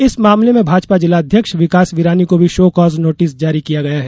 इस मामले में भाजपा जिलाध्यक्ष विकास विरानी को भी शोकाज नोटिस जारी किया गया है